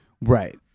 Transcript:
Right